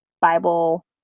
Bible